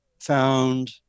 found